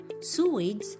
sewage